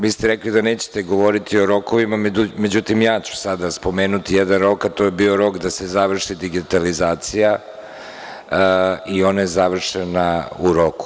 Vi ste rekli da nećete govoriti o rokovima, međutim, ja ću sada spomenuti jedan rok, a to je bio rok da se završi digitalizacija i ona je završena u roku.